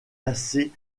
assez